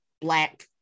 black